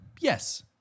Yes